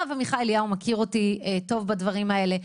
הרב עמיחי אליהו מכיר אותו היטב בדברים האלה.